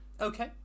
okay